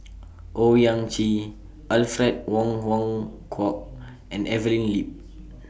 Owyang Chi Alfred Wong Hong Kwok and Evelyn Lip